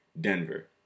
Denver